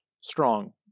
strong